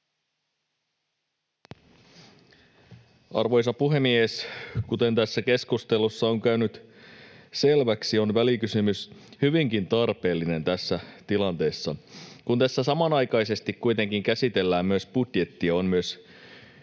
Arvoisa puhemies! Kuten tässä keskustelussa on käynyt selväksi, on välikysymys hyvinkin tarpeellinen tässä tilanteessa. Kun tässä samanaikaisesti kuitenkin käsitellään myös budjettia, on hyvä